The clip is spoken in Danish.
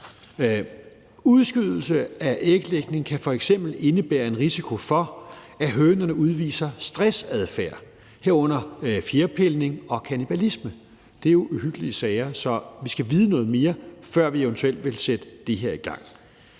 Udskydelse af æglægning kan f.eks. indebære en risiko for, at hønerne udviser stressadfærd, herunder fjerpilning og kannibalisme. Det er uhyggelige sager, så vi skal vide noget mere, før vi eventuelt vil sætte det her i gang.